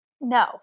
No